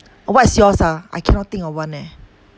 what is yours ah I cannot think of one eh